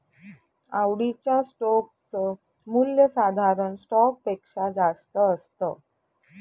आवडीच्या स्टोक च मूल्य साधारण स्टॉक पेक्षा जास्त असत